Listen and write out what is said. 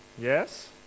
Yes